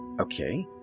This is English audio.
Okay